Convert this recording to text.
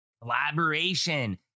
collaboration